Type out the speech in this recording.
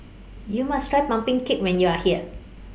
YOU must Try Pumpkin Cake when YOU Are here